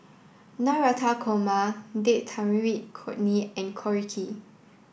Navratan Korma Date Tamarind Chutney and Korokke